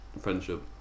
Friendship